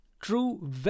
true